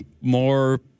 more